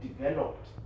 developed